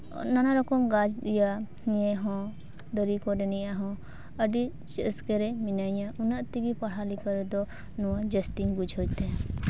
ᱱᱟᱱᱟ ᱨᱚᱠᱚᱢ ᱜᱟᱪᱷ ᱤᱭᱟᱹ ᱦᱚᱸ ᱫᱟᱨᱮ ᱠᱚᱨᱮ ᱱᱤᱭᱟᱹ ᱦᱚᱸ ᱟᱹᱰᱤ ᱨᱟᱹᱥᱠᱟᱹ ᱨᱮ ᱢᱤᱱᱟᱹᱧᱟᱹ ᱩᱱᱟᱹ ᱛᱮᱜᱮ ᱯᱟᱲᱦᱟᱣ ᱞᱮᱠᱷᱟ ᱨᱮᱫᱚ ᱱᱚᱣᱟ ᱡᱟᱹᱥᱛᱤᱧ ᱵᱩᱡᱷᱟᱹᱣᱛᱮ